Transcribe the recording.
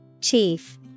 Chief